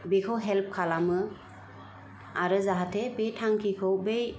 बेखौ हेल्प खालामो आरो जाहाथे बे थांखिखौ बै